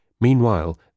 Meanwhile